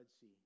Sea